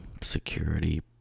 security